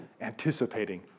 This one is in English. anticipating